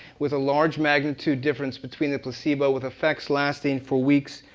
with a large magnitude difference between the placebo, with effects lasting for weeks,